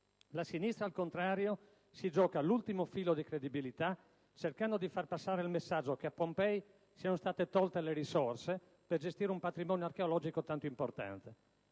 La sinistra, al contrario, si gioca l'ultimo filo di credibilità cercando di far passare il messaggio che a Pompei siano state tolte le risorse per gestire un patrimonio archeologico tanto importante,